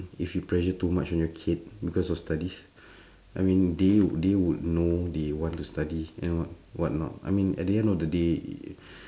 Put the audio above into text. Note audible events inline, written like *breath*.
if you pressure too much on your kid because of studies *breath* I mean they would they would know they want to study and what whatnot I mean at the end of the day *breath*